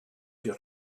your